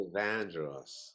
Vandross